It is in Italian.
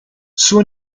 suo